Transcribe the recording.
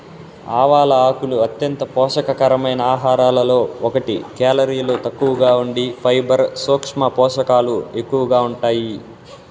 ఆవాల ఆకులు అంత్యంత పోషక కరమైన ఆహారాలలో ఒకటి, కేలరీలు తక్కువగా ఉండి ఫైబర్, సూక్ష్మ పోషకాలు ఎక్కువగా ఉంటాయి